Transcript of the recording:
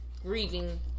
grieving